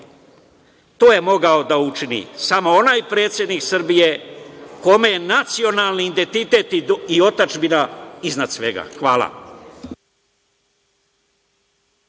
To je mogao da učini samo onaj predsednik Srbije kome je nacionalni identitet i otadžbina iznad svega. Hvala.